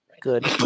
Good